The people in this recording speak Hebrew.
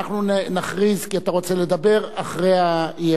אנחנו נכריז, כי אתה רוצה לדבר, אחרי האי-אמון.